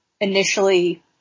initially